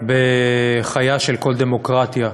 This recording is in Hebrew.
בחייה של כל דמוקרטיה.